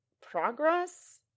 progress